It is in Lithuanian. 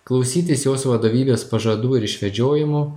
klausytis jos vadovybės pažadų ir išvedžiojimų